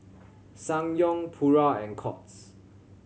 Ssangyong Pura and Courts